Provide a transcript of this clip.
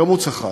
גם הוא צחק.